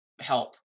help